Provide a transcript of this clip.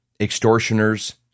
extortioners